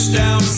down